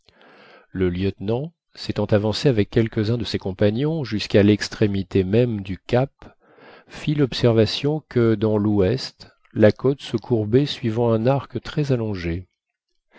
le lieutenant s'étant avancé avec quelques-uns de ses compagnons jusqu'à l'extrémité même du cap fit l'observation que dans l'ouest la côte se courbait suivant un arc très allongé